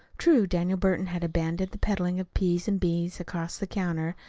true, daniel burton had abandoned the peddling of peas and beans across the counter,